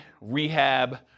rehab